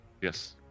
Yes